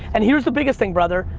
and here's the biggest thing, brother,